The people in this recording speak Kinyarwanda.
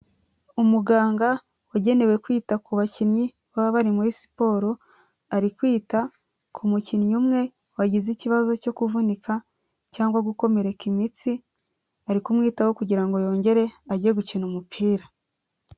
Umuganga wagenewe kwita ku bakinnyi baba bari muri siporo ari kwita ku mukinnyi umwe wagize ikibazo cyo kuvunika cyangwa gukomereka imitsi ari kumwitaho kugira ngo yongere ajye gukina umupira.